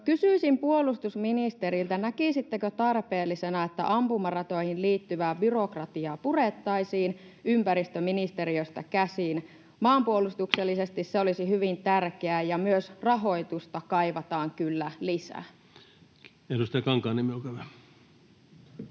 Kysyisin puolustusministeriltä: näkisittekö tarpeellisena, että ampumaratoihin liittyvää byrokratiaa purettaisiin ympäristöministeriöstä käsin? Maanpuolustuksellisesti se olisi hyvin tärkeää, ja myös rahoitusta kaivataan kyllä lisää. [Speech 260] Speaker: